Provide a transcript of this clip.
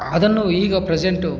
ಅದನ್ನು ಈಗ ಪ್ರಸೆಂಟು